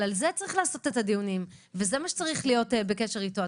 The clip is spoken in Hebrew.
על זה צריך לעשות את הדיונים וזה מה שצריך להיות בקשר אתו.